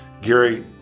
Gary